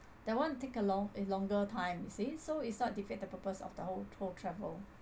that one take a long a longer time you see so it's not defeat the purpose of the whole tour travel